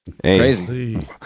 crazy